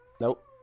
Nope